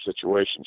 situations